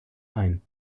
ein